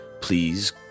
please